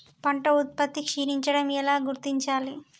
పంట ఉత్పత్తి క్షీణించడం ఎలా గుర్తించాలి?